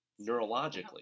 neurologically